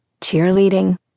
cheerleading